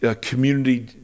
community